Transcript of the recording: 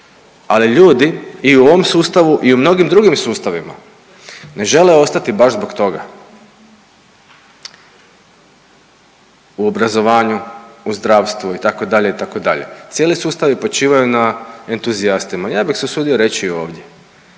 Ali ljudi i u ovom sustavu i u mnogim drugim sustavima ne žele ostati baš zbog toga u obrazovanju, u zdravstvu itd., itd. Cijeli sustavi počivaju na entuzijastima i ja bih se usudio reći ovdje,